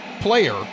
player